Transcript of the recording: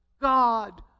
God